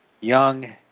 Young